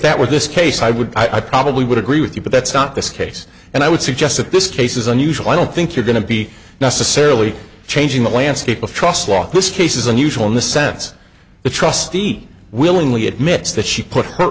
that with this case i would i probably would agree with you but that's not this case and i would suggest that this case is unusual i don't think you're going to be necessarily changing the landscape of trust law this case is unusual in the sense the trustee willingly admits that she put her